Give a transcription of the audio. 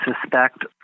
suspect